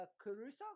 Caruso